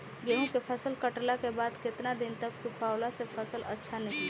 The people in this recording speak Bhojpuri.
गेंहू फसल कटला के बाद केतना दिन तक सुखावला से फसल अच्छा निकली?